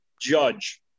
Judge